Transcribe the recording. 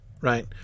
right